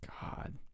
god